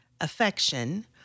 affection